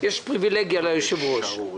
יש פה נציגה של משרד האוצר.